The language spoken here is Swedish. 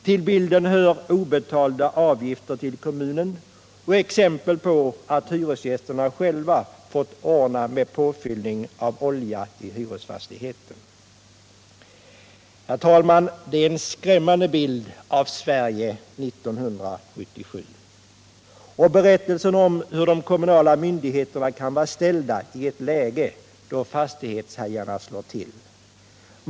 Till bilden hör obetalda avgifter till kommunen och exempel på att hyresgästerna själva fått ordna med påfyllning av olja i hyresfastigheten. Det är en skrämmande bild av Sverige 1977. Det är också en berättelse om hur de kommunala myndigheterna kan vara ställda i ett läge då fastighetshajarna slår till.